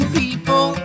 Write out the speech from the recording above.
people